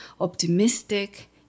optimistic